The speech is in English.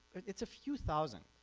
it's a few thousand